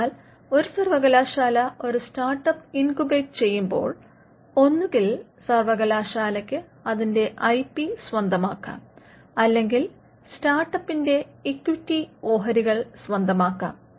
അതിനാൽ ഒരു സർവകലാശാല ഒരു സ്റ്റാർട്ട് അപ്പ് ഇൻകുബേറ്റ് ചെയ്യുമ്പോൾ ഒന്നുകിൽ സർവകലാശാലയ്ക്ക് അതിന്റെ ഐ പി സ്വന്തമാക്കാം അല്ലെങ്കിൽ സ്റ്റാർട്ട് അപ്പിന്റെ ഇക്വിറ്റി ഓഹരികൾ സ്വന്തമാക്കാം